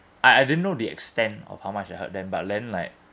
I I didn't know the extent of how much I hurt them but then like